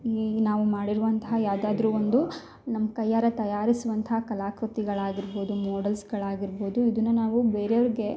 ಈ ನಾವು ಮಾಡಿರುವಂಥ ಯಾವ್ದಾದರೂ ಒಂದು ನಮ್ಮ ಕೈಯಾರೆ ತಯಾರಿಸುವಂತಹ ಕಲಾಕೃತಿಗಳು ಆಗಿರ್ಬೋದು ಮಾಡೆಲ್ಸ್ಗಳು ಆಗಿರ್ಬೋದು ಇದನ್ನ ನಾವು ಬೇರೆಯವ್ರ್ಗೆ